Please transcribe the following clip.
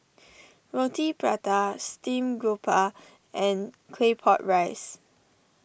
Roti Prata Steamed Garoupa and Claypot Rice